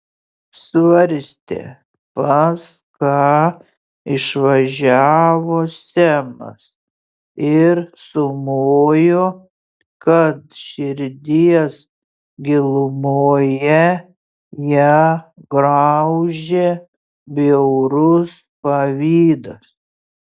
svarstė pas ką išvažiavo semas ir sumojo kad širdies gilumoje ją graužia bjaurus pavydas